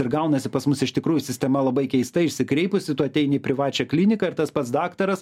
ir gaunasi pas mus iš tikrųjų sistema labai keista išsikreipusi tu ateini į privačią kliniką ir tas pats daktaras